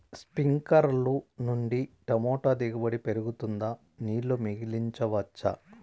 స్ప్రింక్లర్లు నుండి టమోటా దిగుబడి పెరుగుతుందా? నీళ్లు మిగిలించవచ్చా?